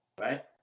right